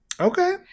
okay